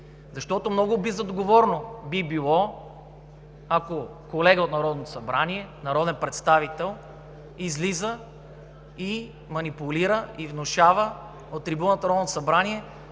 Защото много безотговорно би било, ако колега от Народното събрание – народен представител, излиза и манипулира, и внушава от трибуната на Народното събрание